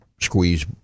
squeeze